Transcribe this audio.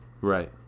Right